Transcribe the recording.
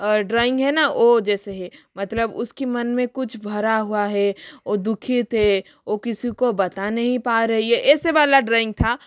drawing है ना ओ जैसे है मतलब उसकी मन में कुछ भरा हुआ है ओ दुखित है ओ किसी को बता नहीं पा रही है ऐसे वाला ड्रॉइंग था